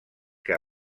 que